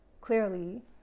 clearly